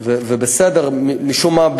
ובסדר, משום מה,